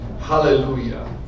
Hallelujah